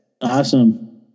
Awesome